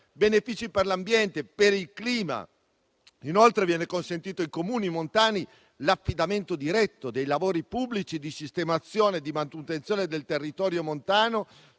benefici per l'ambiente e per il clima. Inoltre, viene consentito ai Comuni montani l'affidamento diretto dei lavori pubblici di sistemazione e di manutenzione del territorio montano,